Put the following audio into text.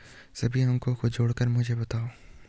सभी अंकों को जोड़कर मुझे बताओ